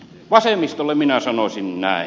vasemmistolle minä sanoisin näin